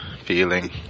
feeling